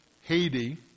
Haiti